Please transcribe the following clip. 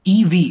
EV